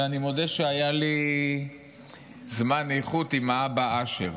ואני מודה שהיה לי זמן איכות עם האבא אשר.